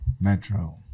Metro